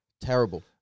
Terrible